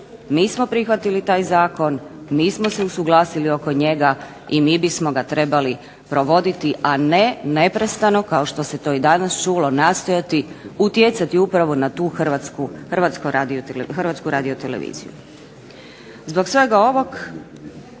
Nismo prihvatili taj zakon, nismo se usuglasili oko njega i mi bismo ga trebali provoditi a ne neprestano kao što se to i danas čulo utjecati na tu upravo HRTV-u. Zbog svega ovog,